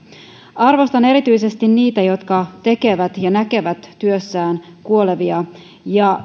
arvostan erityisesti niitä jotka näkevät työssään kuolevia ja